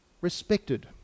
respected